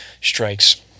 strikes